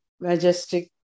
majestic